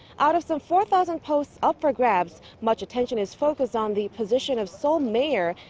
out of some four-thousand posts up for grabs, much attention is focused on the position of seoul mayor.